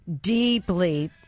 deeply